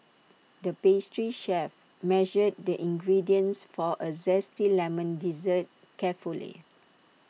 the pastry chef measured the ingredients for A Zesty Lemon Dessert carefully